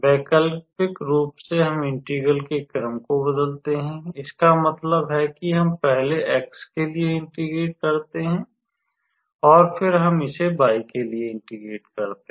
वैकल्पिक रूप से हम इंटीग्रल के क्रम को बदलते हैं इसका मतलब है कि हम पहले x के लिए इंटीग्रेट करते हैं और फिर हम इसे y के लिए इंटीग्रेट करते हैं